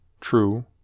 true